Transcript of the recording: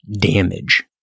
damage